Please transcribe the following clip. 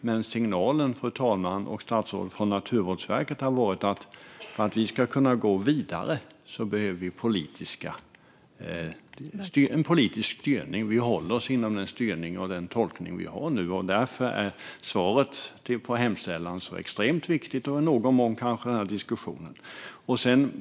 Men signalen, fru talman och statsrådet, från Naturvårdsverket har varit: För att vi ska kunna gå vidare behöver vi en politisk styrning. Vi håller oss inom den styrning och den tolkning vi har nu. Därför är svaret på hemställan extremt viktigt - och i någon mån kanske också den här diskussionen.